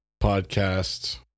podcasts